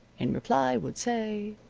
in reply would say.